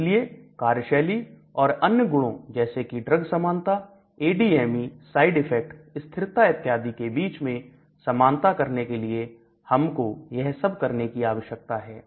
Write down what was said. इसलिए कार्यशैली और अन्य गुणों जैसे कि ड्रग समानता ADME साइड इफेक्ट स्थिरता इत्यादि के बीच में समानता करने के लिए हमको यह सब करने की आवश्यकता है